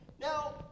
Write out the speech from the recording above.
Now